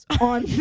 on